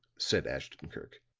said ashton-kirk.